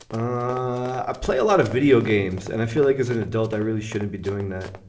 i play a lot of video games and i feel like as an adult, i really shouldn't be doing that.